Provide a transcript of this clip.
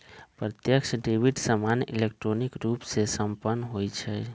प्रत्यक्ष डेबिट सामान्य इलेक्ट्रॉनिक रूपे संपन्न होइ छइ